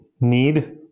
need